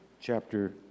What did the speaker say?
chapter